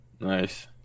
Nice